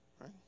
Right